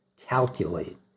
calculate